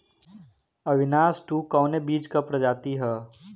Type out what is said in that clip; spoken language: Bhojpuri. अविनाश टू कवने बीज क प्रजाति ह?